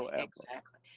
exactly.